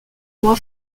moi